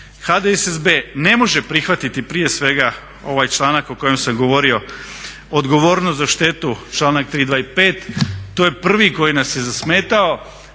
HDSSB ne može prihvatiti prije svega ovaj članak o kojem sam govorio, odgovornost za štetu članak 3., 2.i 5. to je prvi koji nas je zasmetao.